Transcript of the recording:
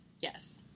Yes